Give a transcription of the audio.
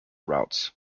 routes